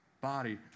body